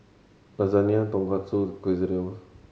Lasagne Tonkatsu Quesadillas